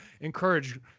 encourage